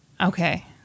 Okay